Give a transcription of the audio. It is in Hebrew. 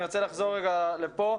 אני רוצה לחזור רגע לפה.